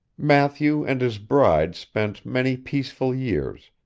matthew and his bride spent many peaceful years,